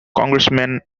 congressman